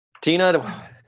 tina